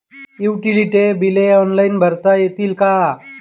Utility बिले online भरता येतील का?